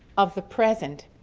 of the present,